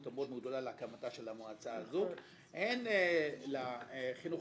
המאוד גדולה להקמתה של המועצה הזו הן לחינוך